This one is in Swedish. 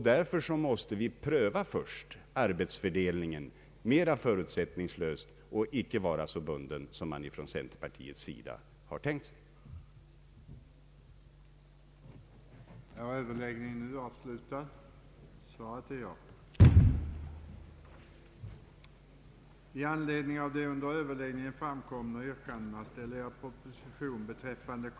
Därför måste vi först pröva arbetsfördelningen mot den bakgrunden och icke vara så bundna som man tydligen är inom centerpartiet vid en viss arbetsfördelning redan nu. 2. att landshövdingetjänsterna liksom nu även i framtiden skulle vara fullmaktstjänster. 1. uttala, att de föreslagna beredskapsenheterna i länsstyrelserna borde anses provisoriska i avvaktan på bedömningar om möjligheterna att förstärka motsvarande funktioner inom civilområdena, 2. begära åtgärder för att bemästra de problem som uppstode genom att Gävleborgs län delades av gränsen mellan Nedre Norrlands och Östra militäroch civilområden.